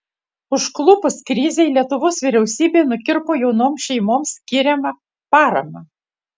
užklupus krizei lietuvos vyriausybė nukirpo jaunoms šeimoms skiriamą paramą